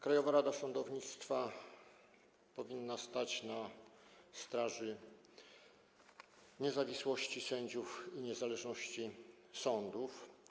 Krajowa Rada Sądownictwa powinna stać na straży niezawisłości sędziów i niezależności sądów.